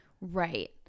Right